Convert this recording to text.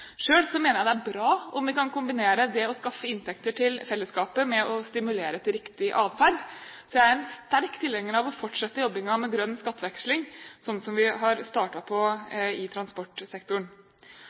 mener jeg det er bra om vi kan kombinere det å skaffe inntekter til fellesskapet med å stimulere til riktig adferd, så jeg er en sterk tilhenger av å fortsette jobbingen med grønn skatteveksling, som vi har